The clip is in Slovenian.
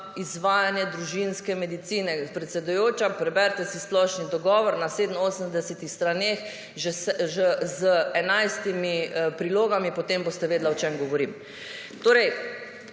izvajanje družinske medicine. Predsedujoča, preberite si splošni dogovor na 87 straneh z 11 prilogami. Potem boste vedela, o čem govorim. Torej